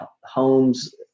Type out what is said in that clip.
homes